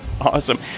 Awesome